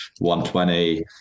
120